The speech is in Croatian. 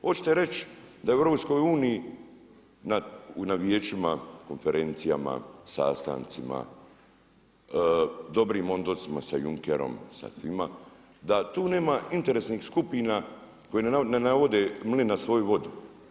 Hoćete reći da u EU na vijećima, konferencijama, sastancima, dobrim odnosima sa Junckerom, sa svima, da tu nema interesnih skupina koje ne navode mlin na svoju vodu?